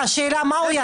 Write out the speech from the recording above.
השאלה, מה הוא ידע?